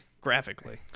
graphically